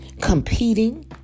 competing